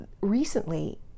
recently